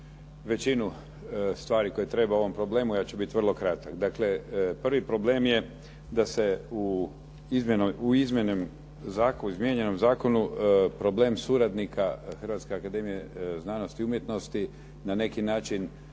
većinu stvari koje treba o ovom problemu, ja ću biti vrlo kratak. Dakle, prvi je problem da se u izmijenjenom zakonu problem suradnika Hrvatske akademije znanosti i umjetnosti na neki način